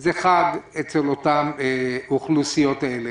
זה חג אצל האוכלוסייה הזו.